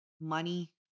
money